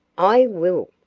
i will,